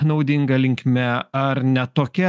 naudinga linkme ar ne tokia